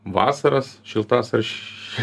vasaras šiltas ar š